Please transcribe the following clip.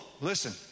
listen